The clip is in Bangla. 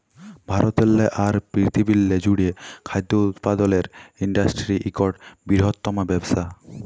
ভারতেরলে আর পিরথিবিরলে জ্যুড়ে খাদ্য উৎপাদলের ইন্ডাসটিরি ইকট বিরহত্তম ব্যবসা